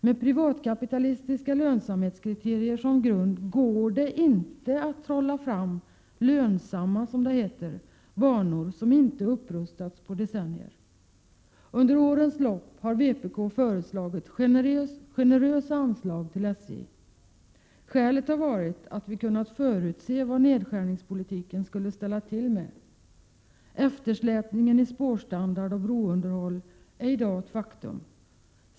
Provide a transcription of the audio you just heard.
Med privatkapitalistiska lönsamhetskriterier som grund går det inte att trolla fram lönsamma, som det heter, banor som inte upprustats på decennier. Under årens lopp har vpk föreslagit generösa anslag till SJ. Skälet har varit att vi kunnat förutse vad nedskärningspolitiken skulle ställa till med — eftersläpningen i spårstandard och brounderhåll är i dag ett faktum.